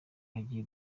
hagiye